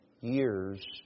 years